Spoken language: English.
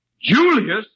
Julius